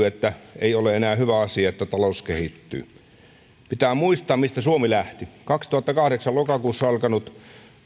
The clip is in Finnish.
että ei ole enää hyvä asia että talous kehittyy pitää muistaa mistä suomi lähti kaksituhattakahdeksan lokakuussa alkanut